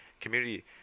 Community